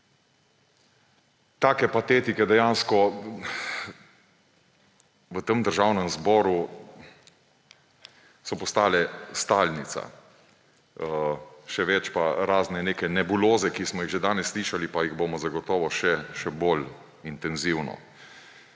Take patetike dejansko v tem državnem zboru so postale stalnica, še več pa razne neke nebuloze, ki smo jih že danes slišali pa jih bomo še zagotovo še bolj intenzivno.